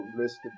listed